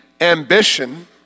ambition